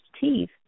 teeth